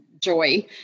joy